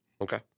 Okay